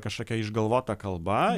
kažkokia išgalvota kalba